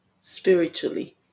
spiritually